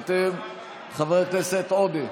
חבר הכנסת ואטורי,